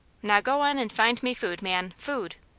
now go on and find me food, man, food!